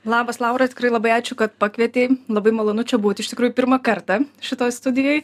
labas laura tikrai labai ačiū kad pakvietei labai malonu čia būt iš tikrųjų pirmą kartą šitoj studijoj